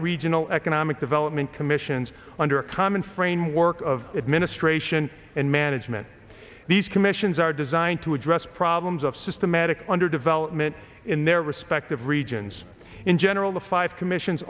regional economic development commissions under a common framework of administration and management these commissions are designed to address problems of systematic under development in their respective regions in general the five commissions